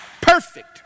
Perfect